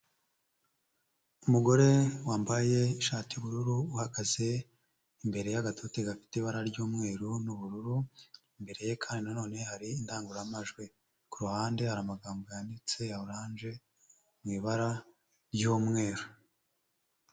Umugore wambaye ishati y'ubururu uhagaze imbere yagatote gafite ibara ryumweru, n'ubururu, imbere ye kandi nano hari indangururamajwi kuruhande hari amagambo yanditse ya oranje mu ibara ry'mweru.